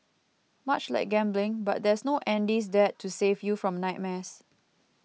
much like gambling but there's no Andy's Dad to save you from nightmares